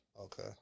okay